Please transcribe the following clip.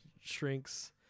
shrinks